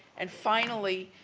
and, finally,